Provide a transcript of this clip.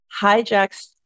hijacks